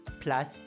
plus